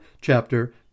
chapter